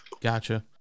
gotcha